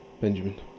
Benjamin